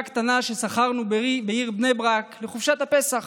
קטנה ששכרנו בעיר בני ברק לחופשת הפסח.